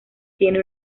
tiene